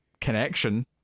connection